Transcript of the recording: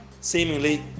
seemingly